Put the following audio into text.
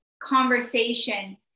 conversation